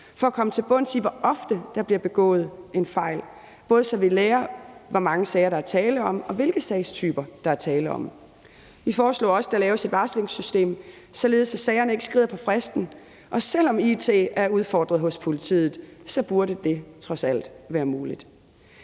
for at komme til bunds i, hvor ofte der bliver begået fejl, både så vi lærer noget om, hvor mange sager der er tale om, og hvilke sagstyper der er tale om. Vi foreslog også, at der laves et varslingssystem, således at sagerne ikke skrider på grund af fristen, og selv om it-systemet er udfordret hos politiet, burde det trods alt være muligt.